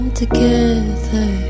together